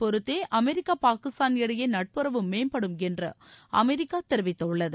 பொறுத்தே அமெரிக்கா பாகிஸ்தான் இடையே நட்புறவு மேம்படும் என்று அமெரிக்கா தெரிவித்துள்ளது